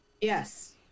yes